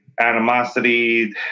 animosity